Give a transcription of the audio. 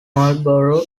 marlboro